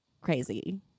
crazy